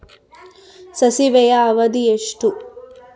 ಸಾಸಿವೆಯ ಅವಧಿ ಎಷ್ಟು?